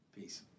Peace